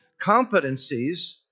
competencies